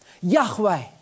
Yahweh